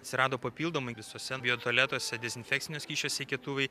atsirado papildomai visose biotualetuose dezinfekcinio skysčio seikėtuvai